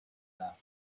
دهم